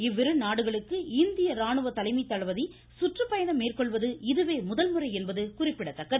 இவ்விரு நாடுகளுக்கு இந்திய ராணுவ தலைமை தளபதி சுற்றுப்பயணம் மேற்கொள்வது இதுவே முதல்முறை என்பது குறிப்பிடத்தக்கது